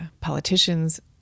politicians